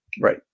Right